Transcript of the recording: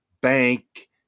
bank